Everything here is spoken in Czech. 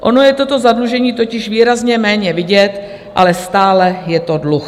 Ono je to zadlužení totiž výrazně méně vidět, ale stále je to dluh.